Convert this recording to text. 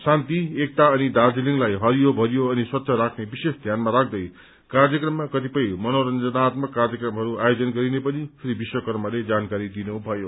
शान्ति एकता अनि दार्जीलिङ्ताई हरियो भरियो अनि स्वच्छ राख्ने विशेष ध्यानमा राख्दै कार्यक्रममा कतिपय मनोरंजनात्मक कार्यक्रमहरू आयोजन गरिने पनि श्री विश्वकर्माले जानकारी दिनुभयो